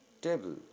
table